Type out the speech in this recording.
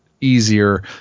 easier